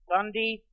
Sunday